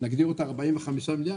45 מיליארד,